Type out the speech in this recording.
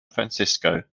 francisco